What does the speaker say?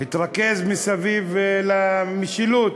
התרכז סביב המשילות,